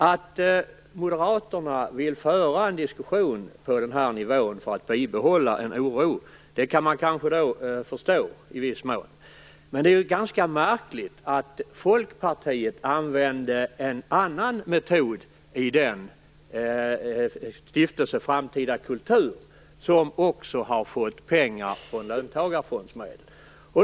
Att moderaterna vill föra en diskussion för att bibehålla en oro, det kan man kanske förstå. Men det är märkligt att Folkpartiet använder en annan metod i Stiftelsen Framtidens kultur, som också har fått pengar från löntagarfondsmedel.